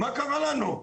מה קרה לנו?